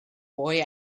boy